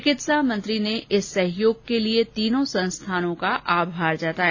चिकित्सा मंत्री ने इस सहयोग के लिए तीनों संस्थानों का आभार जताया